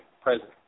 president